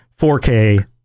4k